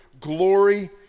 glory